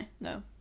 no